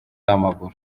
w’amaguru